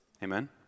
Amen